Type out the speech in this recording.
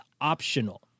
optional